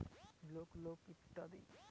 আগের লোন না মিটিয়ে আবার যে লোন লোক লইতেছে